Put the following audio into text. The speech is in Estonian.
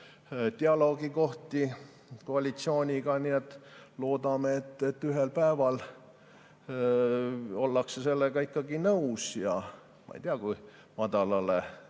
dialoogikohti koalitsiooniga. Nii et loodame, et ühel päeval ollakse nendega ikkagi nõus. Ma ei tea, kui madalale